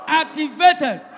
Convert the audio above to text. activated